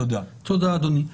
תודה, אדוני.